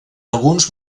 alguns